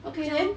okay then